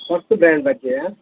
ಹೊಸತು ಬ್ರ್ಯಾಂಡ್ ಬಗ್ಗೆಯಾ